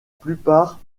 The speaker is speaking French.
plupart